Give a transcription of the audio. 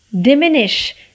diminish